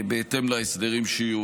בהתאם להסדרים שיהיו.